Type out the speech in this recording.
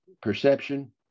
perception